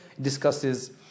discusses